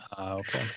okay